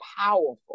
powerful